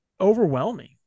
overwhelming